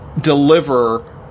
deliver